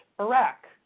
Iraq